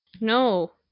no